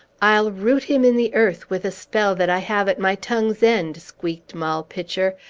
i'll root him in the earth with a spell that i have at my tongue's end! squeaked moll pitcher.